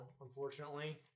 unfortunately